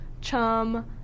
chum